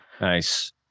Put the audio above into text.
nice